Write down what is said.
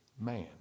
man